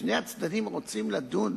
שני הצדדים רוצים לדון